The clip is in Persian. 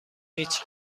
هیچ